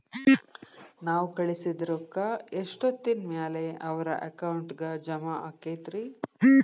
ನಾವು ಕಳಿಸಿದ್ ರೊಕ್ಕ ಎಷ್ಟೋತ್ತಿನ ಮ್ಯಾಲೆ ಅವರ ಅಕೌಂಟಗ್ ಜಮಾ ಆಕ್ಕೈತ್ರಿ?